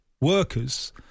workers